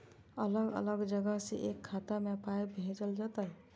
अलग अलग जगह से एक खाता मे पाय भैजल जेततै?